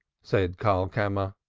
said karlkammer.